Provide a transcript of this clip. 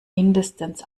mindestens